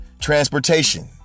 transportation